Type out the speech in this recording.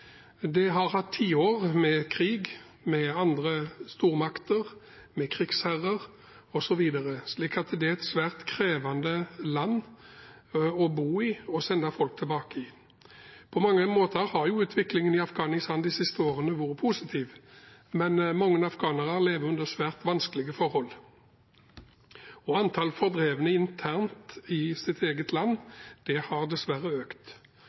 har hatt tiår med krig – med stormakter, med krigsherrer osv. – slik at det er et svært krevende land å bo i og sende folk tilbake til. På mange måter har utviklingen i Afghanistan de siste årene vært positiv, men mange afghanere lever under svært vanskelige forhold, og antallet fordrevne internt i deres eget land har dessverre økt.